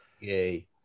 Yay